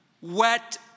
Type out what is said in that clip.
wet